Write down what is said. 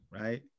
right